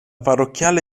parrocchiale